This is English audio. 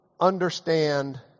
understand